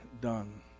done